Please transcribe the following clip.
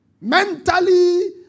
mentally